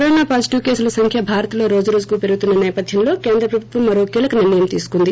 corona positive కోసుల సంఖ్య భారత్లో రోజురోజుకు పెరుగుతున్న నేపథ్యంలో కేంద్ర ప్రభుత్వం మరో కీలక నిర్ణయం తీసుకుంది